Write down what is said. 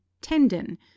tendon